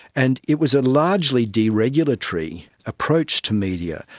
and it was a largely de-regulatory approach to media.